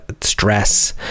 stress